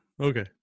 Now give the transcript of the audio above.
Okay